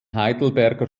heidelberger